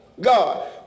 God